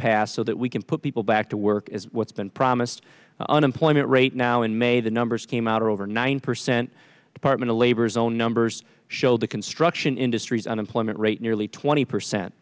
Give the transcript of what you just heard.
passed so that we can put people back to work as what's been promised unemployment rate now in may the numbers came out over nine percent department of labor's own numbers show the construction industries unemployment rate nearly twenty percent